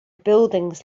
buildings